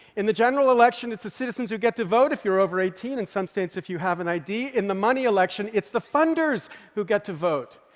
in the general election, it's the citizens who get to vote, if you're over eighteen, in some states if you have an id. in the money election, it's the funders who get to vote,